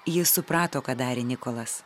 jis suprato ką darė nikolas